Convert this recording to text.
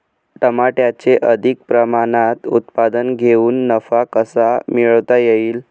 टमाट्याचे अधिक प्रमाणात उत्पादन घेऊन नफा कसा मिळवता येईल?